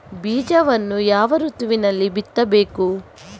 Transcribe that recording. ಬೀಜವನ್ನು ಯಾವ ಋತುವಿನಲ್ಲಿ ಬಿತ್ತಬೇಕು?